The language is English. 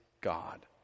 God